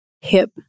hip